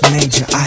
Major